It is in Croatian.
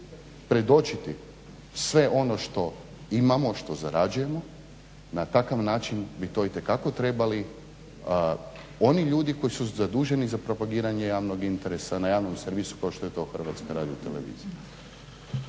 predočiti sve ono što imamo, što zarađujemo. Na takav način bi to itekako trebali oni ljudi koji su zaduženi za propagiranje javnog interesa na javnom servisu kao što je to Hrvatska radiotelevizija.